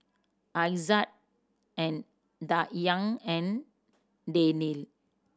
Aizat and Dayang and Daniel